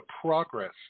progress